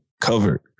covered